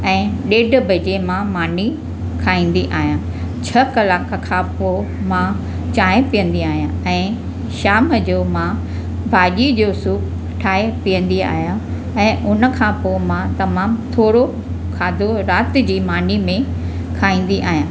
ऐं ॾेढ बजे मां मानी खाईंदी आहियां छ्ह कलाकु खां पोइ मां चांहि पीअंदी आहियां ऐं शाम जो मां भाॼी जो सुप ठाहे पीअंदी आहियां ऐं उनखां पोइ मां तमामु थोरो खाधो राति जी मानी में खाईंदी आहियां